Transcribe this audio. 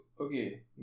okay